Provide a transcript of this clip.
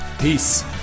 peace